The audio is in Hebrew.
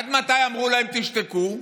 עד מתי אמרו להם: תשתקו?